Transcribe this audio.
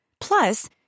Plus